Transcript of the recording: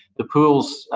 the pools,